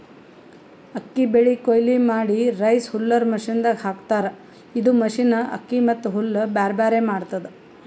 ಅಕ್ಕಿ ಬೆಳಿ ಕೊಯ್ಲಿ ಮಾಡಿ ರೈಸ್ ಹುಲ್ಲರ್ ಮಷಿನದಾಗ್ ಹಾಕ್ತಾರ್ ಇದು ಮಷಿನ್ ಅಕ್ಕಿ ಮತ್ತ್ ಹುಲ್ಲ್ ಬ್ಯಾರ್ಬ್ಯಾರೆ ಮಾಡ್ತದ್